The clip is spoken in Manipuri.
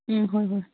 ꯎꯝ ꯍꯣꯏ ꯍꯣꯏ